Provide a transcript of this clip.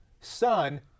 son